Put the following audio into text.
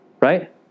Right